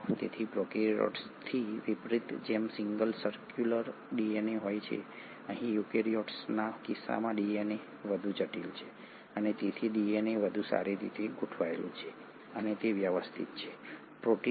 તેથી પ્રોકેરીયોટ્સથી વિપરીત જેમાં સિંગલ સર્ક્યુલર ડીએનએ હોય છે અહીં યુકેરીયોટ્સના કિસ્સામાં ડીએનએ વધુ જટિલ છે અને તેથી ડીએનએ વધુ સારી રીતે ગોઠવાયેલું છે અને તે વ્યવસ્થિત છે પ્રોટીન ડી